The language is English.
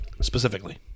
Specifically